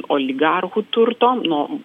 oligarchų turto nuo